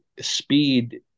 speed